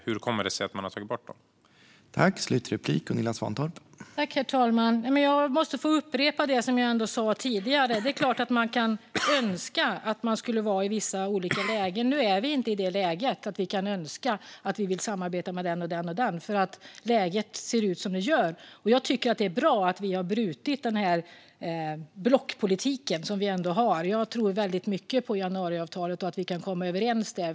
Hur kommer det sig att man har tagit bort de miljarderna?